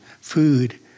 food